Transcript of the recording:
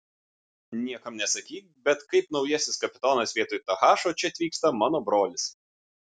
niekam nesakyk bet kaip naujasis kapitonas vietoj tahašo čia atvyksta mano brolis